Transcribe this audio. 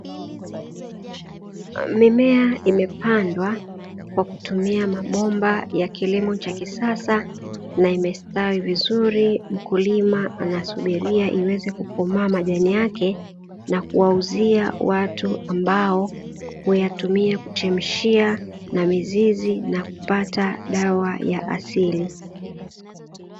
Mimea imepandwa kwa kutumia mabomba ya kilimo cha kisasa na imestawi vizuri, mkulima anasubiria iweze kukomaa majani yake na kuwauzia watu ambao huyatumia kuchemshia na mizizi na kupata dawa ya asili.